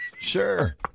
Sure